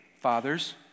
fathers